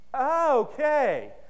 Okay